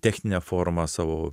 techninę formą savo